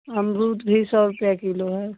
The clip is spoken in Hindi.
अमरूद भी सौ रुपये किलो है